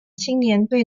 青年队